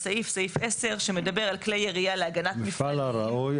מפעל ראוי,